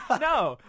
No